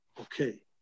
okay